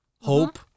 hope